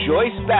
Joyce